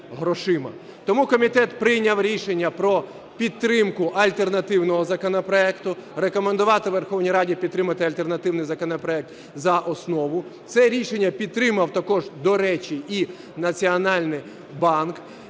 Тому комітет прийняв рішення про підтримку альтернативного законопроекту, рекомендувати Верховній Раді підтримати альтернативний законопроект за основу. Це рішення підтримав також, до речі, і Національний банк.